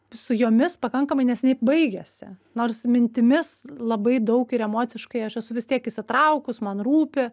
su jomis pakankamai neseniai baigėsi nors mintimis labai daug ir emociškai aš esu vis tiek įsitraukus man rūpi